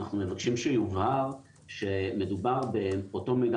אנחנו מבקשים שיובהר שמדובר באותו מידע